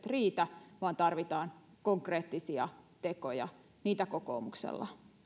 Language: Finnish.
riitä vaan tarvitaan konkreettisia tekoja niitä kokoomuksella